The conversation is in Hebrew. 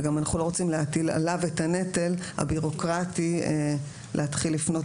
ואנחנו גם לא רוצים להטיל עליו את הנטל הביורוקרטי להתחיל לפנות